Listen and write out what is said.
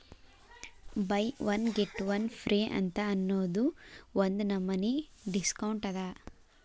by one get one free ಅಂತ್ ಅನ್ನೂದು ಒಂದ್ ನಮನಿ ಡಿಸ್ಕೌಂಟ್ ಅದ